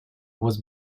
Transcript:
was